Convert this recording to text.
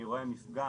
אני רואה מפגע,